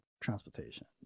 transportation